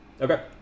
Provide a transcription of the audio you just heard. Okay